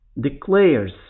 declares